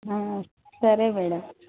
సరే మేడం